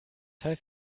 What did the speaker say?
heißt